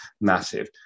massive